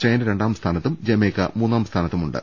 China രണ്ടാം സ്ഥാന ത്തും ജമൈക്ക മൂന്നാം സ്ഥാനത്തുമുണ്ട്